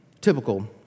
typical